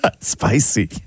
spicy